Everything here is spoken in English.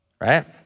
right